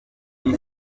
iyi